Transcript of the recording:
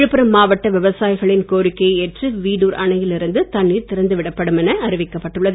விழுப்புரம் மாவட்ட விவசாயிகளின் கோரிக்கைகளை ஏற்று வீடுர் அணையில் இருந்து தண்ணீர் திற்நது விடப்படும் என அறிவிக்கப்பட்டுள்ளது